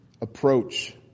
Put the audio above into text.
approach